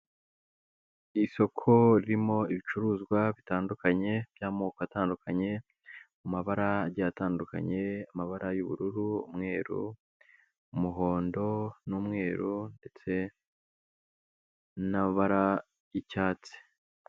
Isoko ririmo ibicuruzwa bitandukanye by'amoko atandukanye, mu mabara agiye atandukanye, amabara y'ubururu, umweru, umuhondo n'umweru ndetse n'amabara y'icyatsi.